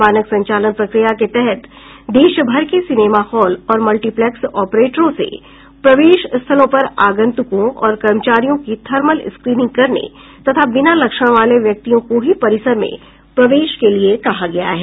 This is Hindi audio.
मानक संचालन प्रकिया के तहत देश भर के सिनेमा हॉल और मल्टीप्लेक्स ऑपरेटरों से प्रवेश स्थलों पर आगंतुकों और कर्मचारियों की थर्मल स्क्रीनिंग करने तथा बिना लक्षण वाले व्यक्तियों को ही परिसर में प्रवेश के लिए कहा गया है